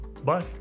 Bye